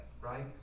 right